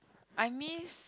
I miss